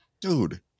dude